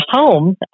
home